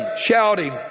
shouting